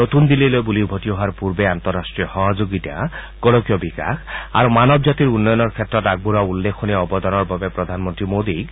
নতুন দিল্লীলৈ বুলি উভতি অহাৰ পূৰ্বে আন্তঃৰাষ্ট্ৰীয় সহযোগিতা গোলকীয় বিকাশ আৰু মানৱ জাতিৰ উন্নয়নৰ ক্ষেত্ৰত আগবঢ়োৱা উল্লেখনীয় অৱদানৰ বাবে প্ৰধানমন্ত্ৰী মোডীক